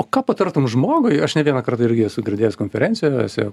o ką patartum žmogui aš ne vieną kartą irgi esu girdėjęs konferencijose